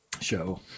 show